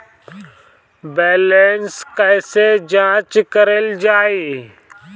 Balance कइसे जांच कइल जाइ?